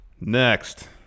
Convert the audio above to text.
next